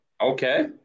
Okay